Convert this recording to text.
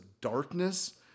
darkness